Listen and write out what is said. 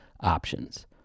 options